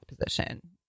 position